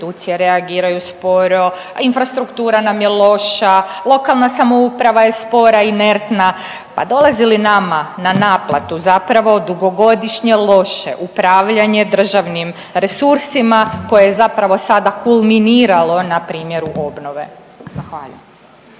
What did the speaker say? reagiraju sporo, a infrastruktura nam je loša, lokalna samouprava je spora i inertna, pa dolazi li nama na naplatu zapravo dugogodišnje loše upravljanje državnim resursima koje je zapravo sada kulminiralo npr. u obnove?